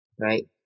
Right